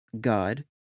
God